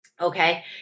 Okay